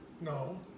no